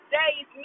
days